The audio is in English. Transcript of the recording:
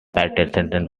pedestrian